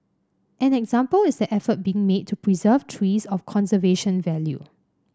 an example is the effort being made to preserve trees of conservation value